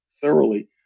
thoroughly